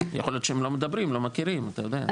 יכול להיות שהם לא מדברים, לא מכירים, אתה יודע.